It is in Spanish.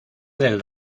del